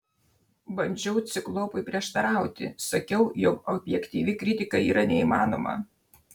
bandžiau ciklopui prieštarauti sakiau jog objektyvi kritika yra neįmanoma